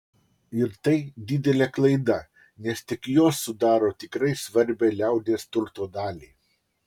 ir tai didelė klaida nes tik jos sudaro tikrai svarbią liaudies turto dalį